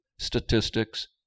statistics